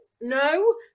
no